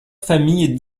familles